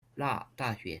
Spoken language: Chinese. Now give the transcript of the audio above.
大学